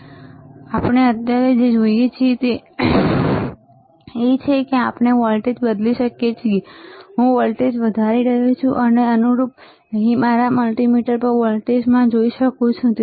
તેથી અત્યારે આપણે જે જોઈએ છીએ તે એ છે કે આપણે વોલ્ટેજ બદલી શકીએ છીએ હું વોલ્ટેજ વધારી રહ્યો છું અને તેને અનુરૂપ હું અહીં મારા મલ્ટિમીટર પર વોલ્ટેજમાં વધારો જોઈ શકું છું